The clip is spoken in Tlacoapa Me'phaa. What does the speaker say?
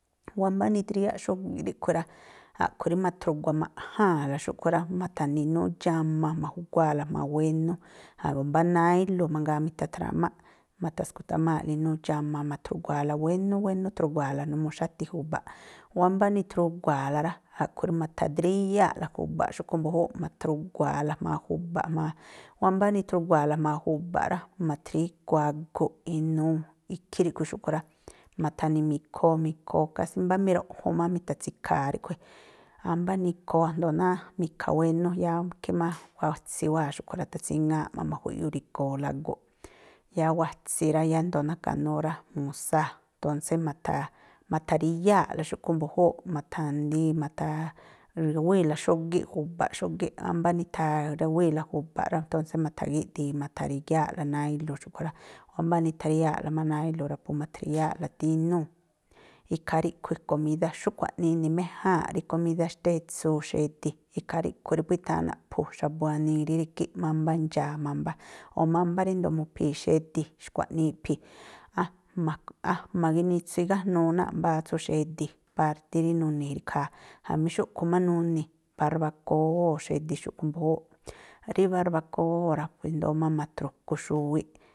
Wámbá nidríyáꞌ xógíꞌ ríꞌkhui̱ rá, a̱ꞌkhui̱ rí ma̱thruguamaꞌjáa̱nla xuꞌkhui̱ rá, ma̱tha̱ni̱ inúú ndxáma ma̱ju̱guáa̱la jma̱a wénú, o̱ mbá nái̱lu̱ mangaa mi̱tha̱thrámáꞌ, ma̱tha̱sngutámáa̱ꞌla inúú ndxáma ma̱thrugua̱a̱la wénú wénú i̱thrugua̱a̱la numuu xáti ju̱ba̱ꞌ. Wámbá nithrugua̱a̱la rá, a̱ꞌkhui̱ rí ma̱tha̱dríyáa̱ꞌla ju̱ba̱ꞌ xúꞌkhui̱ mbu̱júúꞌ, ma̱thrugua̱a̱ jma̱a ju̱ba̱ꞌ jma̱a, wámbá nithrugua̱a̱la jma̱a ju̱ba̱ꞌ rá, ma̱thrígu aguꞌ inuu, ikhí ríꞌkhui̱ xúꞌkhui̱ rá, ma̱tha̱ni̱ mi̱khoo mi̱khoo kásí mbá miruꞌjun má mi̱tha̱tsi̱kha̱a ríꞌkhui̱, ámbá nikhoo a̱jndo̱o náá mi̱kha wénú, yáá ikhí watsi wáa̱ xúꞌkhui̱ rá, athatsíŋááꞌ má ma̱jui̱ꞌyúri̱go̱o̱la aguꞌ. Yáá watsi rá, yáá ndo̱o na̱ka̱nú órá musáa̱, tónsé ma̱tha̱ ma̱tha̱ríyáa̱ꞌla xúꞌkhui̱ mbu̱júúꞌ, ma̱tha̱ndii, ma̱tha̱rawíi̱la xógíꞌ ju̱ba̱ xógíꞌ, ámbá nitharawíi̱la ju̱ba̱ꞌ rá, tónsé ma̱tha̱gíꞌdi̱i ma̱ta̱ríyáa̱ꞌla nái̱lu̱ xúꞌkhui̱ rá, wámbá nitharíya̱a̱ꞌla má nái̱lu̱ rá, po ma̱thríyáa̱ꞌla tínúu̱. Ikhaa ríꞌkhui̱ komídá, xúꞌkhui̱ jaꞌnii ini̱méjáa̱nꞌ rí komídá xtétsuu xedi̱. Ikhaa ríꞌkhui̱ rí phú i̱tháa̱n naꞌphu̱ xa̱bu̱ wanii rí rígíꞌ, mámbá ndxaa̱ mámbá, o̱ mámbá ríndo̱o mu̱phii̱ xedi̱, xkua̱ꞌnii iꞌphi̱. A̱jma̱, a̱jma̱ ginitsu igájnuu náa̱ꞌ mbáá tsú xedi̱, pártí rí nuni̱ ikhaa. Jamí xúꞌkhui̱ má nuni̱, barbakówóo̱ xedi̱ xúꞌkhui̱ mbu̱júúꞌ. Rí barbakówóo̱ ra̱, pue i̱ndóó ma̱ ma̱thru̱ku xuwiꞌ.